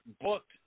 booked